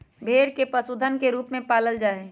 भेड़ के पशुधन के रूप में पालल जा हई